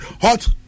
hot